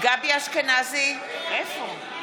גבי אשכנזי, נגד יעקב